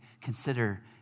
consider